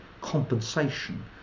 compensation